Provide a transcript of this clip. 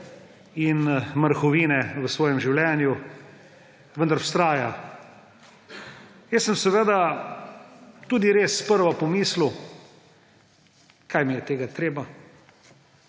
in mrhovine v svojem življenju. Vendar vztraja. Jaz sem seveda tudi res sprva pomislil, kaj mi je tega treba.